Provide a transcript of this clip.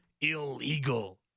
illegal